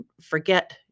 forget